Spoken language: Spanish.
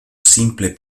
simple